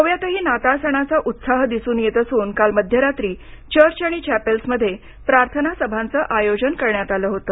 गोव्यातही नाताळ सणाचा उत्साह दिसून येत असून काल मध्यरात्री चर्च आणि चॅपेल्समध्ये प्रार्थना सभांचं आयोजन करण्यात आलं होतं